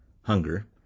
hunger